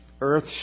earth